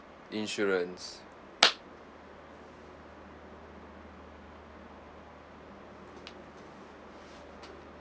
insurance